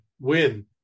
win